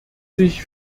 sich